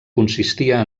consistia